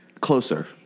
Closer